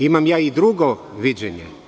Imam ja i drugo viđenje.